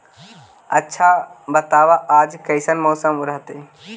आच्छा बताब आज कैसन मौसम रहतैय?